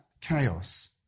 chaos